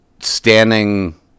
standing